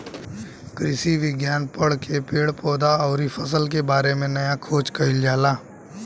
कृषि विज्ञान पढ़ के पेड़ पौधा अउरी फसल के बारे में नया खोज कईल जाला